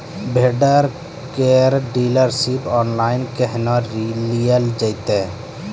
Vendor केर dealership online केहनो लियल जेतै?